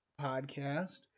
podcast